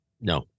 No